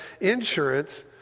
insurance